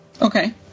okay